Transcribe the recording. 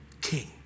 king